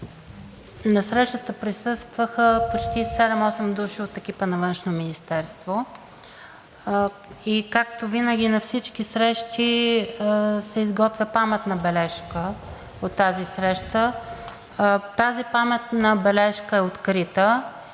На срещата присъстваха седем-осем души от екипа на Външно министерство и както винаги, на всички срещи, се изготвя паметна бележка от тази среща. Тази паметна бележка е открита